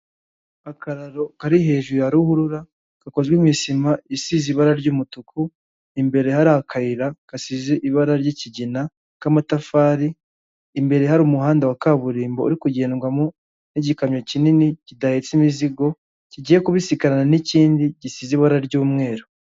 Akararo kari hejuru ya ruhurura gakozwe mu isima isize ibara ry'umutuku, imbere hari akayira gasize ibara ry'ikigina k'amatafari, imbere hari umuhanda wa kaburimbo uri kugendwamo n'igikamyo kinini kidahetse imizigo, kigiye kubisikanarana n'ikindi gisize ibara ry'umweru.